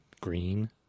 green